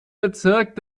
bezirk